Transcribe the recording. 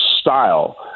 style